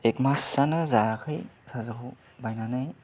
एक मासआनो जायाखै चार्जार खौ बायनानै